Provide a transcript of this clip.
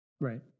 Right